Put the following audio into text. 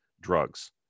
drugs